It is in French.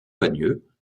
bagneux